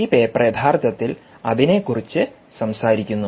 ഈ പേപ്പർ യഥാർത്ഥത്തിൽ അതിനെക്കുറിച്ച് സംസാരിക്കുന്നു